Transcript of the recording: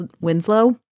Winslow